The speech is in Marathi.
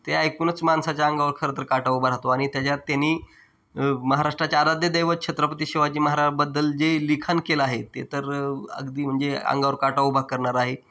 ते ऐकूनच माणसाच्या अंगावर खरंतर काटा उभा राहतो आणि त्याच्यात त्यांनी महाराष्ट्राचे आराध्यदैवत छत्रपती शिवाजी महाराजाबद्दल जे लिखाण केलं आहे ते तर अगदी म्हणजे अंगावर काटा उभा करणारं आहे